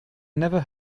never